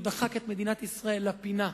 הוא דחק את מדינת ישראל לפינה.